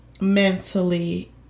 mentally